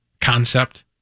concept